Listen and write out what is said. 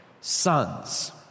sons